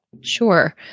sure